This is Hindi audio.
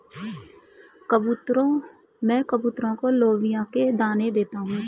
मैं कबूतरों को लोबिया के दाने दे देता हूं